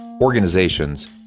Organizations